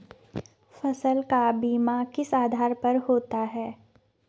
फसल का बीमा किस आधार पर होता है?